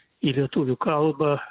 į lietuvių kalbą